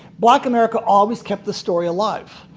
black america always kept the story alive.